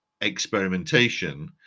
experimentation